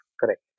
Correct